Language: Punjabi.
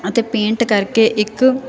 ਅਤੇ ਪੇਂਟ ਕਰਕੇ ਇੱਕ